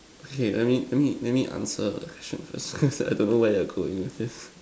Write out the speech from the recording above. okay let me let me answer the question first because I don't know where you're going with this